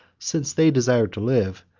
since they desired to live,